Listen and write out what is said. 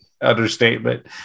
understatement